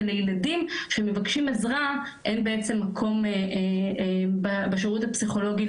ולילדים שמבקשים עזרה אין בעצם מקום בשירות הפסיכולוגי.